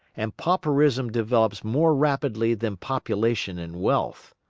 and pauperism develops more rapidly than population and wealth.